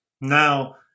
now